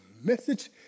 message